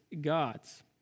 God's